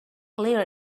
clear